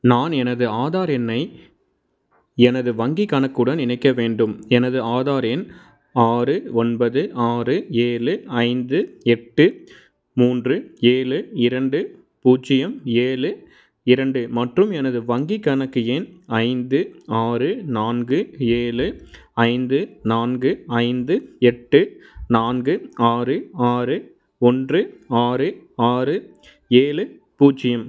நான் எனது ஆதார் எண்ணை எனது வங்கி கணக்குடன் இணைக்க வேண்டும் எனது ஆதார் எண் ஆறு ஒன்பது ஆறு ஏழு ஐந்து எட்டு மூன்று ஏழு இரண்டு பூஜ்ஜியம் ஏழு இரண்டு மற்றும் எனது வங்கி கணக்கு எண் ஐந்து ஆறு நான்கு ஏழு ஐந்து நான்கு ஐந்து எட்டு நான்கு ஆறு ஆறு ஒன்று ஆறு ஆறு ஏழு பூஜ்ஜியம்